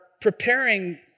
preparing